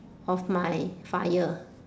of my fire